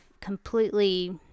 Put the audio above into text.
completely